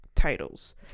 Titles